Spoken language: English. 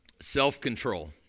Self-control